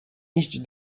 iść